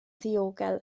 ddiogel